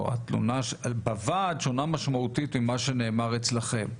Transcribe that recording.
או התלונה בוועד שונה משמעותית ממה שנאמר אצלכם.